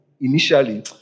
initially